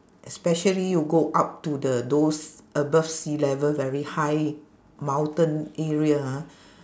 especially you go up to the those above sea level very high mountain area ah